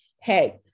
Hey